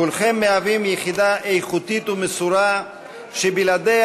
כולכם מהווים יחידה איכותית ומסורה שבלעדיה